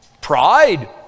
pride